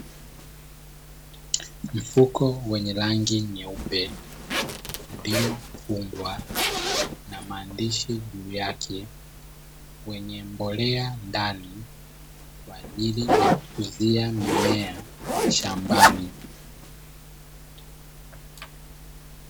Mfuko wenye rangi nyeupe uliofungwa na maandishi juu yake wenye mbolea ndani kwa ajili ya kukuzia mimea shambani.